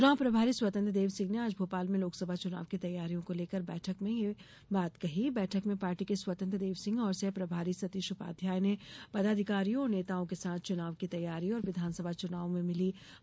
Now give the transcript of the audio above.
चुनाव प्रभारी स्वतंत्र देव सिंह ने आज भोपाल में लोकसभा चुनाव की तैयारियों को लेकर बैठक में यह बात कही बैठक में पार्टी के स्वतंत्र देव सिंह और सह प्रभारी सतीश उपाध्याय ने पदाधिकारियों और नेताओं के साथ चुनाव की तैयारी और विधानसभा चुनाव में मिली हार पर मंथन किया